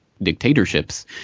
dictatorships